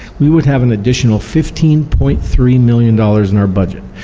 we would have an additional fifteen point three million dollars in our budget.